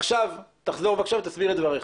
עכשיו תחזור בבקשה ותסביר את דבריך.